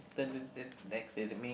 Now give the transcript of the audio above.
next is me